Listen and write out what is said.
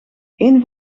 een